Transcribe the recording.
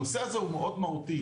הנושא הזה הוא מאוד מהותי.